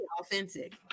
Authentic